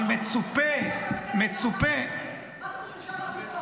אבל מצופה ------ יש מקום,